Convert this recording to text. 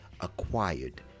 acquired